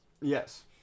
yes